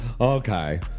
okay